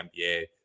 NBA